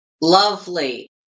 Lovely